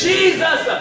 Jesus